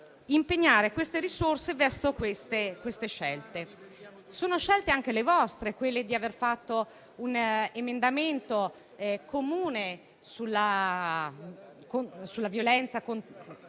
impegnare queste risorse verso tali scelte. Sono scelte anche le vostre, come quella di aver fatto un emendamento comune sulla violenza contro